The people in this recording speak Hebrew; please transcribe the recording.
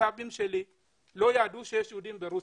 הסבים שלי לא ידעו שיש יהודים ברוסיה,